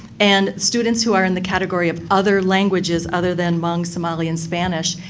and students who are in the category of other languages other than hmong, somali, and spanish,